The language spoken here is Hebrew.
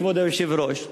כבוד היושב-ראש,